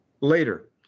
later